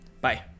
Bye